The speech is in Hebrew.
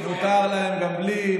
מותר להם גם בלי,